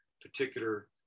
particular